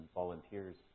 volunteers